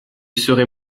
serait